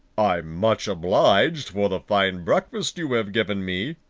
i'm much obliged for the fine breakfast you have given me,